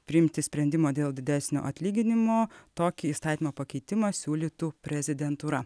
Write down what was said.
priimti sprendimą dėl didesnio atlyginimo tokį įstatymo pakeitimą siūlytų prezidentūra